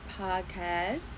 podcast